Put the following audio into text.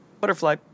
butterfly